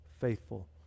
faithful